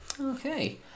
Okay